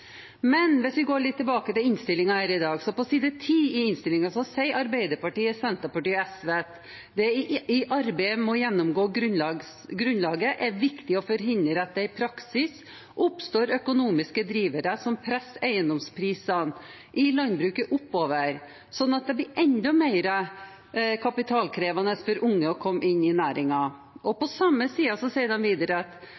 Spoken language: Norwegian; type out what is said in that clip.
Men hvis vi går tilbake til innstillingen i saken, står det på side 10, i merknadene fra Arbeiderpartiet, Senterpartiet og SV, at «det i arbeidet med å gjennomgå tallgrunnlag er viktig å forhindre at det i praksis oppstår økonomiske drivere som presser eiendomspriser i landbruket oppover slik at det blir enda mer kapitalkrevende for unge å komme inn i